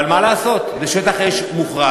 אבל מה לעשות, זה שטח אש מוכרז.